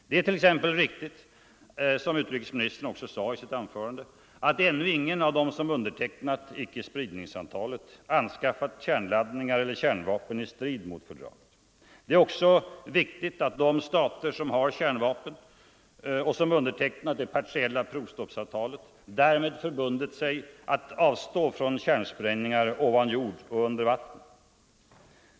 Det är t.ex. riktigt som utrikesministern sade i sitt anförande, att ännu ingen av dem som undertecknat icke-spridningsavtalet anskaffat kärnladdningar eller kärnvapen i strid mot fördraget. Det är också viktigt att de stater som har kärnvapen och som undertecknat det partiella provstoppsavtalet därmed förbundit sig att avstå från kärnsprängningar ovan jord och under vatten.